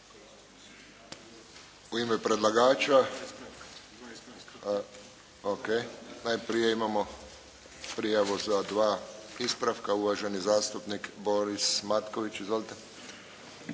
U ime predlagača. O.k, najprije imamo prijavu za dva ispravka. Uvaženi zastupnik Boris Matković. Izvolite.